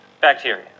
Bacteria